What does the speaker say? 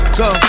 go